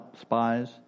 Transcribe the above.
spies